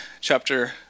chapter